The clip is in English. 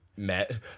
met